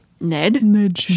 Ned